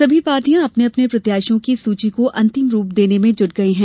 सभी पार्टियां अपने अपने प्रत्याशियों की सूची को अंतिम रूप देने में जूट गई हैं